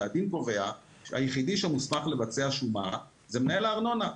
והדין קובע שהיחידי שמוסמך לבצע שומה זה מנהל הארנונה.